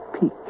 peak